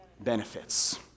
benefits